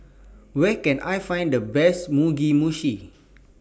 Where Can I Find The Best Mugi Meshi